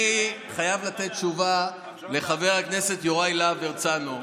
אני חייב לתת תשובה לחבר הכנסת יוראי להב הרצנו,